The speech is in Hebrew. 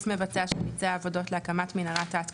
מבצע שביצע עבודות להקמת מנהרה תת קרקעית,